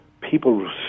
People